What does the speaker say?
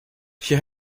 she